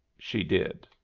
she did.